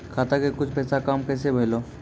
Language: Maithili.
खाता के कुछ पैसा काम कैसा भेलौ?